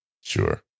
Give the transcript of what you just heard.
Sure